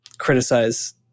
criticize